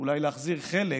אולי להחזיר חלק